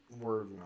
word